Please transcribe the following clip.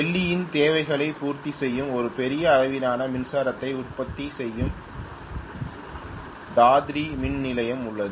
டெல்லியின் தேவைகளைப் பூர்த்தி செய்யும் ஒரு பெரிய அளவிலான மின்சாரத்தை உற்பத்தி செய்யும் தாத்ரி மின் நிலையம் உள்ளது